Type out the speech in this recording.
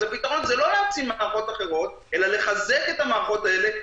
אז הפתרון הוא לא להמציא מערכות אחרות אלא לחזק את המערכות האלה,